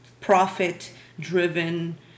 profit-driven